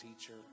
teacher